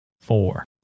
four